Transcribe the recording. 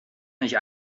nicht